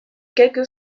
quelques